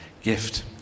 gift